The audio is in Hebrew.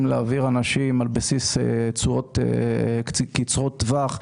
להעביר אנשים על בסיס תשואות קצרות טווח.